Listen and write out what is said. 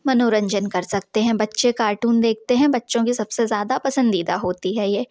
मनोरंजन कर सकते हैं बच्चे कार्टून देखते हैं बच्चों को सब से ज़्यादा पसंदीदा होती है ये